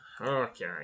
okay